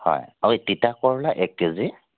হয় আৰু তিতা কেৰেলা এক কেজি